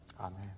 Amen